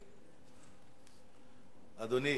אדוני,